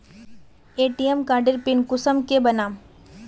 ATM कार्डेर pin कुंसम के बनाम?